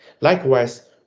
Likewise